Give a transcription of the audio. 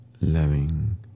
loving